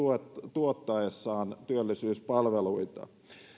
tuottaessaan työllisyyspalveluita